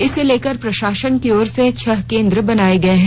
इसे लेकर प्रशासन की ओर से छह केन्द्र बनाये गये हैं